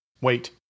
Wait